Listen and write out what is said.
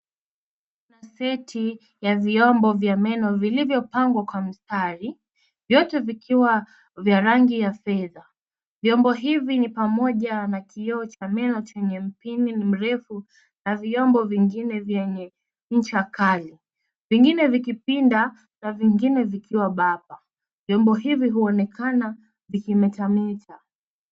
Kuna seti ya vyombo vya meno vilivyopangwa kwa mstari, vyote vikiwa vya rangi ya fedha. Vyombo hivi ni pamoja na kioo cha meno chenye mpini mrefu na vyombo vingine vyenye ncha kali, vingine vikipinda na vingi vikiwa bapa. Vyombo hivi huonekana vikimetameta.